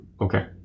Okay